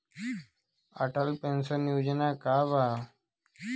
Atal pension योजना का बा?